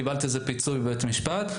קיבלתי על זה פיצוי בבית משפט.